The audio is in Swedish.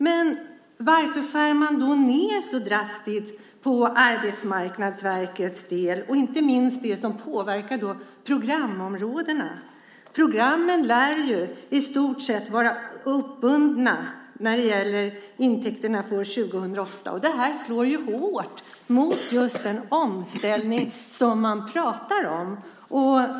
Men varför skär man då ned så drastiskt på Arbetsmarknadsverket och inte minst på programområdena? Programmen lär i stort sett vara uppbundna när det gäller intäkterna för 2008, och det slår hårt mot den omställning man pratar om.